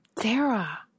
Sarah